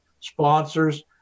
sponsors